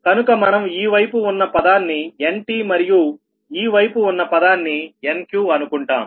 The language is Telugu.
కనుక మనం ఈ వైపు ఉన్న పదాన్ని Ntమరియు ఈ వైపు ఉన్న పదాన్నిNqఅనుకుంటాం